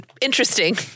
interesting